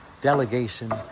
delegation